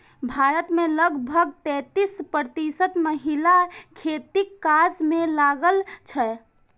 भारत मे लगभग तैंतीस प्रतिशत महिला खेतीक काज मे लागल छै